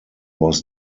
was